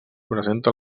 presenta